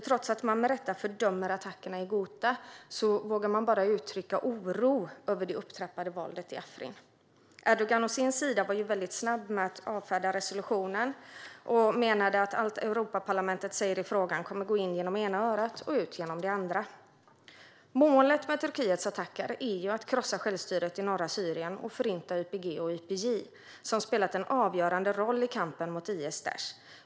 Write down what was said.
Trots att man med rätta fördömer attackerna i Ghouta vågar man bara uttrycka oro över det upptrappade våldet i Afrin. Erdogan var å sin sida väldigt snabb med att avfärda resolutionen och menade att allt som Europaparlamentet säger i frågan kommer att gå in genom ena örat och ut genom det andra. Målet med Turkiets attacker är att krossa självstyret i norra Syrien och förinta YPG och YPJ, som spelat en avgörande roll i kampen mot IS/Daish.